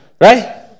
Right